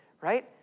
right